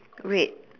red